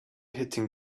hitting